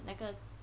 那个